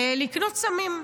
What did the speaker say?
לקנות סמים.